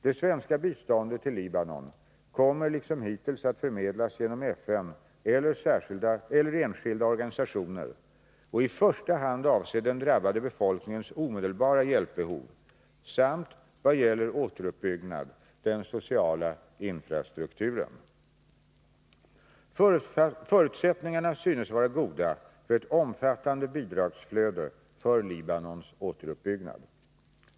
Det svenska biståndet till Libanon kommer, liksom hittills, att förmedlas genom FN eller enskilda att förbättra situationen i Libanon organisationer och i första hand avse den drabbade befolkningens omedelbara hjälpbehov samt — i vad gäller återuppbyggnad —- den sociala infrastrukturen. Förutsättningarna synes vara goda för ett omfattande bidragsflöde för Libanons återuppbyggnad.